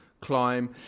climb